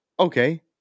Okay